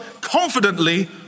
confidently